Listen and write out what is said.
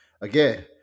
again